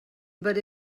but